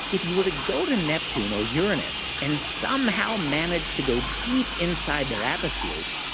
if you were to go to neptune or uranus and somehow manage to go deep inside their atmospheres,